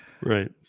Right